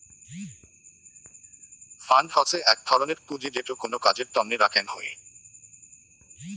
fund হসে এক ধরনের পুঁজি যেটো কোনো কাজের তন্নে রাখ্যাং হই